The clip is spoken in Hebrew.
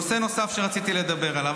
נושא נוסף שרציתי לדבר עליו,